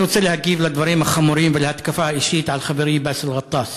אני רוצה להגיב על הדברים החמורים ועל ההתקפה האישית על חברי באסל גטאס.